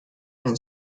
and